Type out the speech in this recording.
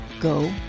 Go